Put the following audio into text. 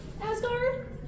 asgard